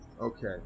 Okay